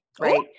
right